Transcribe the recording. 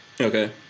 Okay